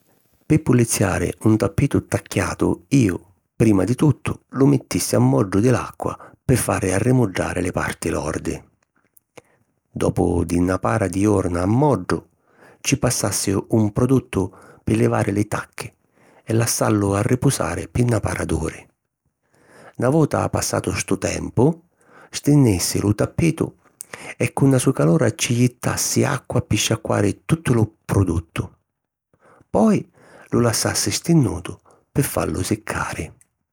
Pi puliziari un tappitu tacchiatu, iu, prima di tuttu, lu mittissi ammoddu di l’acqua pi fari arrimuddari li parti lordi. Dopu di na para di jorna ammoddu, ci passassi un produttu pi livari li tacchi e lassallu arripusari pi na para d’uri. Na vota passatu stu tempu, stinnissi lu tappitu e cu na sucalora ci jittassi acqua pi sciacquari tuttu lu produttu. Poi lu lassassi stinnutu pi fallu siccari.